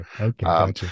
Okay